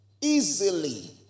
Easily